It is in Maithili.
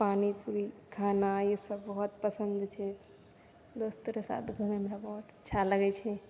पानी पुरी खाना ई सब बहुत पसन्द छै दोस्त रऽ साथमे घुमैमे बहुत अच्छा लगै छै